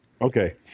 Okay